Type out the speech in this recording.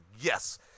yes